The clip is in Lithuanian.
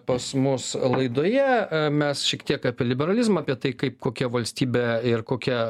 pas mus laidoje mes šiek tiek apie liberalizmą apie tai kaip kokia valstybė ir kokia